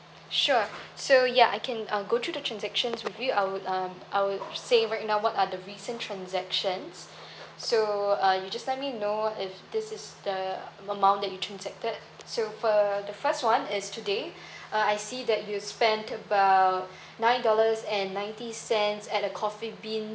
sure so ya I can uh go to the transactions with you I would um I would say right now what are the recent transactions so uh you just let me know if this is the amount that you transacted so for the first one is today uh I see that you spent about nine dollars and ninety cents at a coffee bean